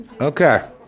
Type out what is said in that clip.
Okay